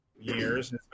years